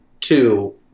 two